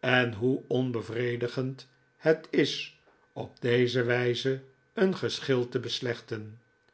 en hoe onbevredigend het is op deze wijze een geschil te beslechten